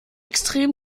extrem